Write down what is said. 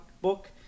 book